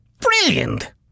Brilliant